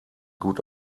gut